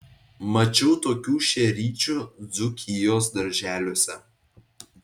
mačiau tokių šeryčių dzūkijos darželiuose